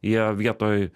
jie vietoj